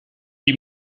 die